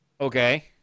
Okay